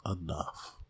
enough